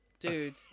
Dude